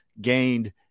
gained